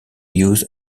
use